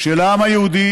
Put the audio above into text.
של העם היהודי,